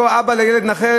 אותו אבא לילד נכה,